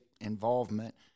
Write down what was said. involvement